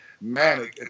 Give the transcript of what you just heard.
man